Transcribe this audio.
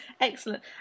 Excellent